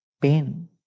pain